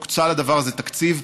הוקצה לדבר הזה תקציב,